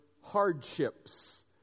hardships